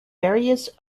various